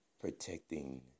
protecting